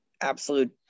absolute